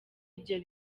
ibyo